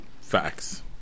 Facts